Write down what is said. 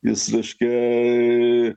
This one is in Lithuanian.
jis reiškia